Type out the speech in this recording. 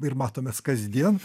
ir matomės kasdien